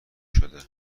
شده